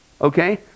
okay